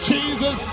Jesus